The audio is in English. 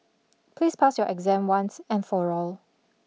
please pass your exam once and for all